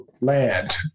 land